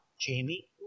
Jamie